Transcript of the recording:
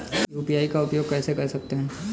UPI का उपयोग कैसे कर सकते हैं?